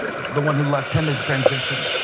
the one who left him in transition,